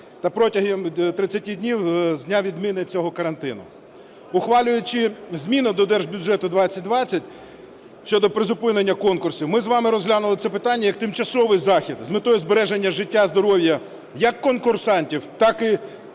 та протягом 30 днів з дня відміни цього карантину. Ухвалюючи зміну до держбюджету 2020 щодо призупинення конкурсів, ми з вами розглянули це питання як тимчасовий захід з метою збереження життя, здоров'я як конкурсантів, так і